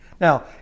Now